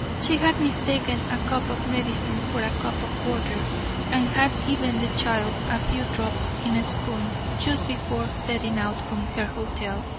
she had mistaken a cup of medicine for a cup of water and had given the child a few drops in a spoon just before setting out from her hotel.